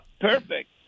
perfect